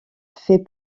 fait